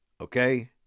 Okay